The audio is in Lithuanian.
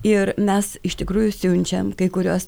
ir mes iš tikrųjų siunčiam kai kuriuos